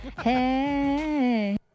Hey